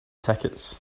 tickets